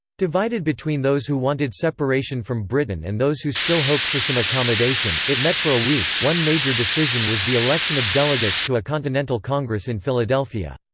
divided between those who wanted separation from britain and those who still hoped for some accommodation, it met for a week one major decision was the election of delegates to a continental congress in philadelphia.